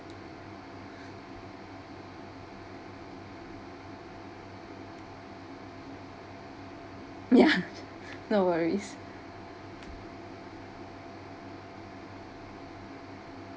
ya no worries